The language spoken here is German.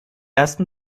ersten